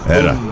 era